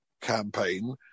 campaign